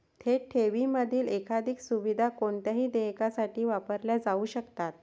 थेट ठेवींमधील एकाधिक सुविधा कोणत्याही देयकासाठी वापरल्या जाऊ शकतात